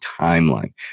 timeline